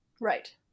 Right